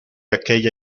aquella